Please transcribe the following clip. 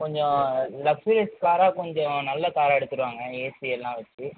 கொஞ்சம் லக்ஸுரியஸ் காராக கொஞ்சம் நல்ல காராக எடுத்துகிட்டு வாங்க ஏசியெல்லாம் வச்சி